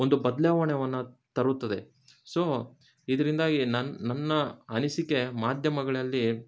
ಒಂದು ಬದ್ಲಾವಣೆಯನ್ನ ತರುತ್ತದೆ ಸೊ ಇದರಿಂದಾಗಿ ನನ್ನ ನನ್ನ ಅನಿಸಿಕೆ ಮಾಧ್ಯಮಗಳಲ್ಲಿ